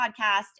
podcast